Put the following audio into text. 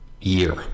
year